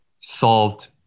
solved